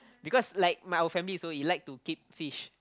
because like my old family also he like to keep fish